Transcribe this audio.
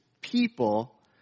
people